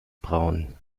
braun